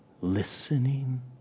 listening